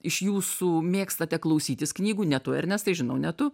iš jūsų mėgstate klausytis knygų ne tu ernestai žinau ne tu